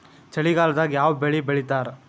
ಚಳಿಗಾಲದಾಗ್ ಯಾವ್ ಬೆಳಿ ಬೆಳಿತಾರ?